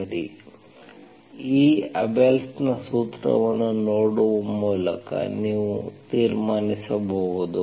ಸರಿ ಈ ಅಬೆಲ್ಸ್ Abelsನ ಸೂತ್ರವನ್ನು ನೋಡುವ ಮೂಲಕ ನೀವು ತೀರ್ಮಾನಿಸಬಹುದು